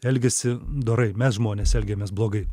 elgiasi dorai mes žmonės elgiamės blogai